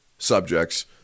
subjects